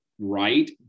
right